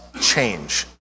change